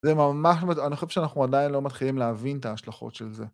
זה ממש מ- אני חושב שאנחנו עדיין לא מתחילים להבין את ההשלכות של זה.